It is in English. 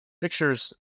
pictures